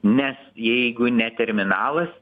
nes jeigu ne terminalas